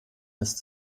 ist